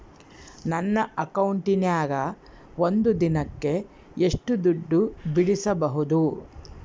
ನನ್ನ ಅಕೌಂಟಿನ್ಯಾಗ ಒಂದು ದಿನಕ್ಕ ಎಷ್ಟು ದುಡ್ಡು ಬಿಡಿಸಬಹುದು?